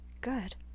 Good